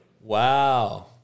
Wow